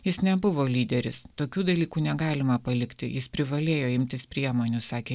jis nebuvo lyderis tokių dalykų negalima palikti jis privalėjo imtis priemonių sakė